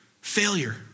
Failure